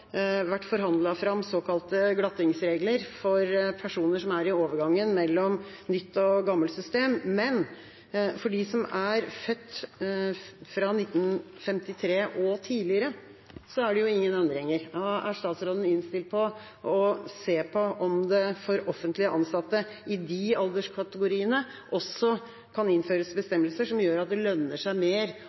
vært forhandlet fram såkalte glattingsregler for personer som er i overgangen mellom nytt og gammelt system, men for dem som er født i 1953 og tidligere, er det ingen endringer. Er statsråden innstilt på å se om det for offentlig ansatte i de alderskategoriene også kan innføres bestemmelser som gjør at det lønner seg mer